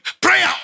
prayer